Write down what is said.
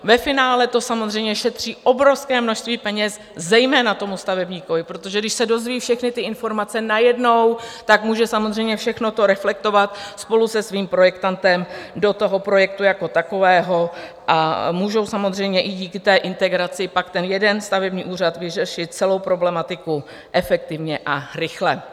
Ve finále to samozřejmě šetří obrovské množství peněz zejména stavebníkovi, protože když se dozví všechny informace najednou, tak může samozřejmě všechno reflektovat spolu se svým projektantem do projektu jako takového a může samozřejmě i díky integraci pak ten jeden stavební úřad vyřešit celou problematiku efektivně a rychle.